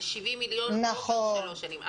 זה 70 מיליון שקל לשלוש שנים.